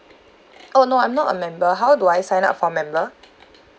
oh no I'm not a member how do I sign up for member